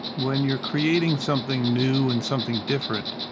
when you're creating something new and something different,